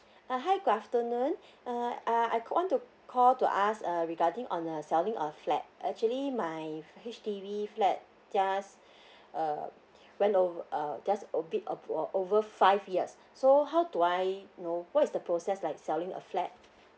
uh hi good afternoon uh uh I want to call to ask uh regarding on the selling a flat actually my H_D_B flat just uh went over uh just a bit of over five years so how do I know what is the process like selling a flat